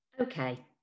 Okay